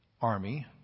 army